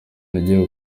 nagiye